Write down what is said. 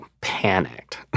panicked